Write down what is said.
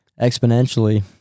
Exponentially